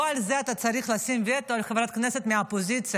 לא על זה אתה צריך לשים וטו על חברת כנסת מהאופוזיציה,